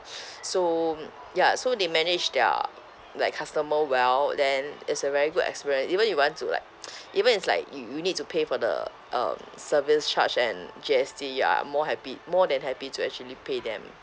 so ya so they manage their like customer well then is a very good experience even you want to like even it's like you you need to pay for the um service charge and G_S_T you are more happy more than happy to actually pay them